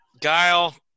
Guile